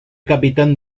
capitán